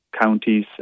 counties